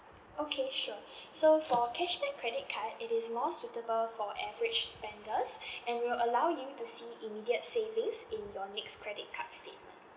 okay sure so for cashback credit card it is more suitable for average spender and will allow you to see immediate savings in your next credit cards statement